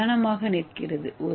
பிரதானமாக நிற்கிறது